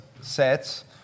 sets